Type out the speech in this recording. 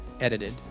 edited